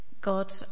God